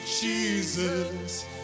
Jesus